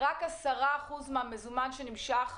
רק 10% מהמזומן שנמשך